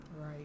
Right